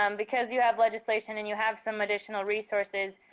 um because you have legislation and you have some additional resources,